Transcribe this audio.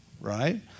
right